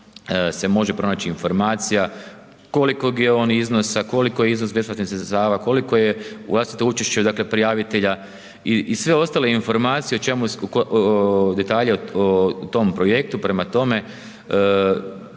se može pronaći informacija kolikog je on iznosa, koliko je iznos bespovratnih sredstava, koliko je vlastito učešće, dakle, prijavitelja i sve ostale informacije o čemu, detalje o tom projektu, prema tome,